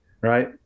right